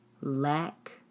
lack